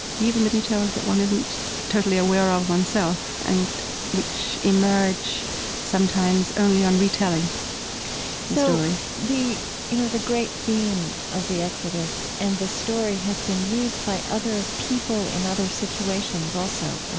even the details that one isn't totally aware of oneself and which emerge sometimes only on retelling the you know the great theme of the exodus and this story has been used by other people in other situations also.